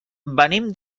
venim